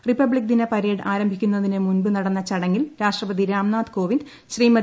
republic ദിന parade ആരംഭിക്കുന്നതിന് മുൻപ് നടന്ന പ്രടങ്ങിൽ രാഷ്ട്രപതി രാംനാഥ് കോവിന്ദ് ശ്രീമതി